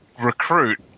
recruit